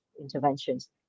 interventions